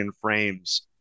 frames